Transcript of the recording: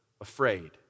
afraid